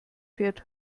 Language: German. fährt